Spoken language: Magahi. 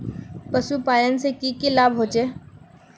पशुपालन से की की लाभ होचे?